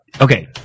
Okay